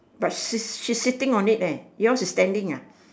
but she's she's sitting on it eh yours is standing ah